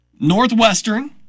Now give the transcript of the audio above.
Northwestern